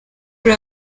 kuri